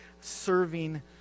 serving